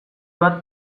bat